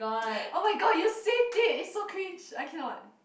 oh my god you saved it is so cringe I cannot